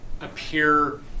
appear